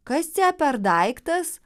kas cia per daiktas